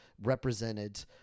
Represented